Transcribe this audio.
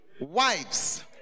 Wives